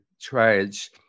trades